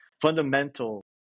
fundamental